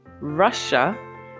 Russia